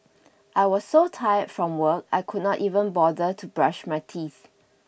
I was so tired from work I could not even bother to brush my teeth